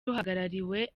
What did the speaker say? ruhagarariwe